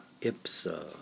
ipsa